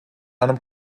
einem